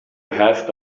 have